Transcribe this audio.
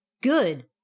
Good